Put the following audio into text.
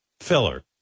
filler